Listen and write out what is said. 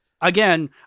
Again